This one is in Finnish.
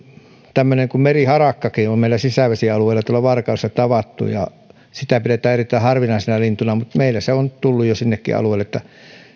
tämmöinen kuin meriharakkakin on meillä sisävesialueilla varkaudessa tavattu sitä pidetään erittäin harvinaisena lintuna mutta meillä se on tullut jo sillekin alueelle